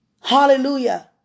Hallelujah